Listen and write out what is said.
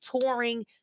touring